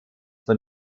von